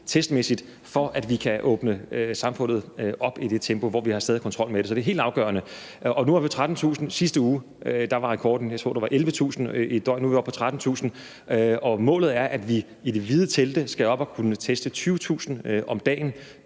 testmæssigt, for at vi kan åbne samfundet op i det tempo, hvor vi stadig har kontrol med det. Så det er helt afgørende. Sidste uge var rekorden 11.000 i døgnet, tror jeg det var, nu er vi oppe på 13.000, og målet er, at vi i de hvide telte skal op og kunne teste 20.000 om dagen.